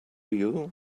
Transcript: you